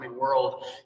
world